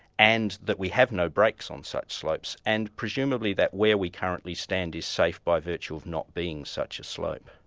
and that we have no brakes on such slopes, and presumably that where we currently stand is safe by virtue of not being such a slope.